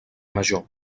major